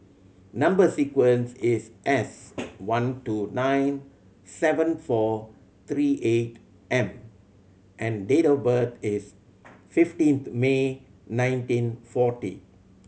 number sequence is S one two nine seven four three eight M and date of birth is fifteen May nineteen forty